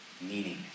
Meaning